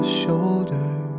shoulder